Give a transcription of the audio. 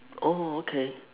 oh okay